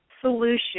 solution